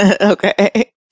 okay